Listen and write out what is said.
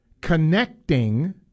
connecting